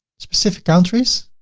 specific countries.